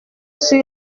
sur